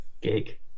gig